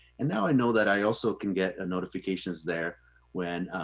and now i know that i also can get notifications there when